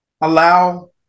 allow